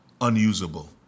unusable